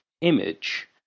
image